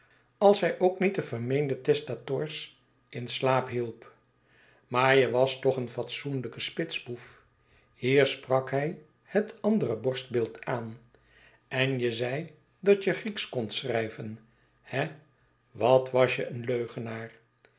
als hij ook niet de vermeende testators in slaap hielp maar je was toch een fatsoenlijke spitsboef hier sprak hij het andere borstbeeld aan en je zei dat je grieksch kondt schrijven he i wat was je een leugenaar